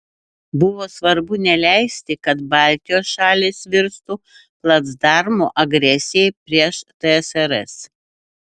buvo svarbu neleisti kad baltijos šalys virstų placdarmu agresijai prieš tsrs